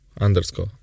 underscore